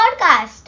Podcast